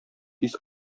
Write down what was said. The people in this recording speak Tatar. тиз